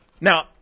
now